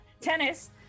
Tennis